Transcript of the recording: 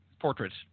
portraits